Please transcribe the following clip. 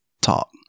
talk